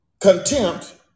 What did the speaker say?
contempt